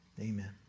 amen